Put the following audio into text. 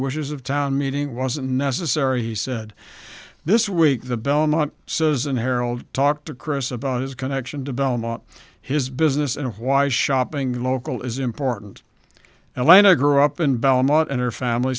wishes of town meeting wasn't necessary he said this week the belmont says and harold talked to chris about his connection to belmont his business and why shopping local is important elena grew up in belmont and her family